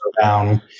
Down